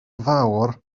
fawr